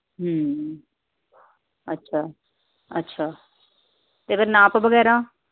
ਅੱਛਾ ਅੱਛਾ ਅਤੇ ਫ਼ਿਰ ਨਾਪ ਵਗੈਰਾ